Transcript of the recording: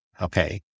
Okay